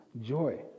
joy